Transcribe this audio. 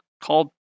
called